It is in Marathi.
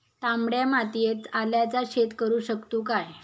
तामड्या मातयेत आल्याचा शेत करु शकतू काय?